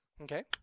Okay